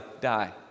die